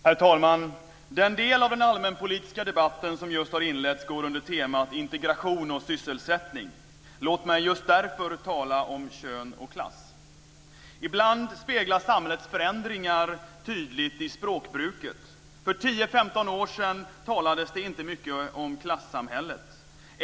Herr talman! Den del av den allmänpolitiska debatten som just har inletts går under temat Integration och sysselsättning. Låt mig just därför tala om kön och klass. Ibland speglas samhällets förändringar tydligt i språkbruket. För 10-15 år sedan talades det inte mycket om klassamhället.